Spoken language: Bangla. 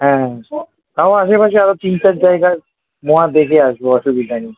হ্যাঁ তাও আশেপাশে আরও তিন চার জায়গার মোয়া দেখে আসব অসুবিধা নেই